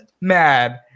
mad